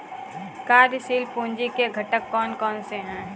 कार्यशील पूंजी के घटक कौन कौन से हैं?